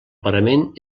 parament